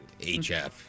HF